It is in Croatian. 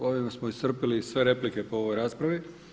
Ovima smo iscrpili sve replike po ovoj raspravi.